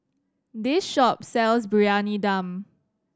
this shop sells Briyani Dum